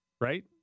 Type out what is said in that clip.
right